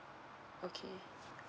okay